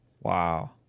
Wow